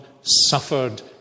suffered